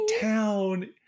town